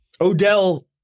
Odell